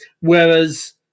whereas